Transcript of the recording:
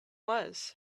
was